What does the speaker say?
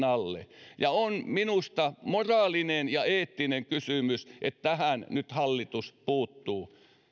alle on minusta moraalinen ja eettinen kysymys että tähän nyt hallitus puuttuu